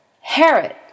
Herod